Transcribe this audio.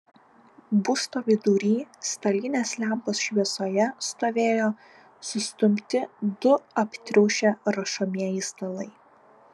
būsto vidury stalinės lempos šviesoje stovėjo sustumti du aptriušę rašomieji stalai